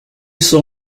saw